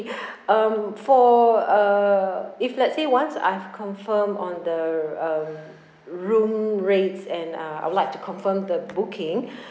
um for uh if let's say once I've confirmed on the um room rates and uh I would like to confirm the booking